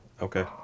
Okay